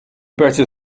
better